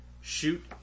Shoot